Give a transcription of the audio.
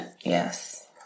Yes